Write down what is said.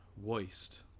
waste